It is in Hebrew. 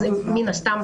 מן הסתם,